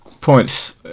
points